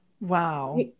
Wow